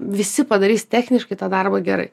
visi padarys techniškai tą darbą gerai